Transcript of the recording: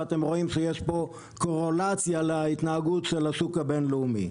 ואתם רואים שיש פה קורלציה להתנהגות של השוק הבין-לאומי.